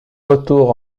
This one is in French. retour